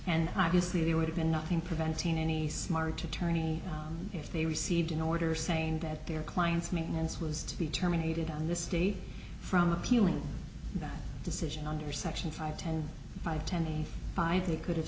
and obviously there would have been nothing preventing any smart attorney if they received an order saying that their client's maintenance was to be terminated on the state from appealing that decision under section five ten five ten five they could have